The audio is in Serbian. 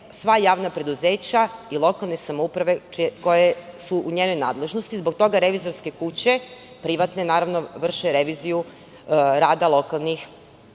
sva javna preduzeća i lokalne samouprave koje su u njenoj nadležnosti. Zbog toga privatne revizorske kuće vrše reviziju rada lokalnih